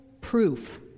proof